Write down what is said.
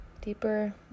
deeper